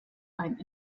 ein